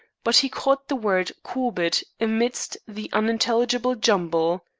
but he caught the word corbett amidst the unintelligible jumble.